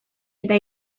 eta